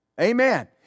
Amen